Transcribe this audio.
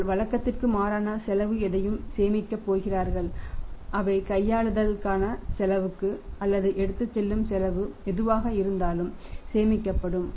அவர்கள் வழக்கத்திற்கு மாறான செலவு எதையும் சேமிக்கப் போகிறார்கள் அவை கையாளுதல் செலவுக்கு அல்லது எடுத்துச்செல்லும் செலவு எதுவாக இருந்தாலும் சேமிக்கப்படும்